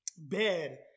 bed